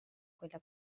quella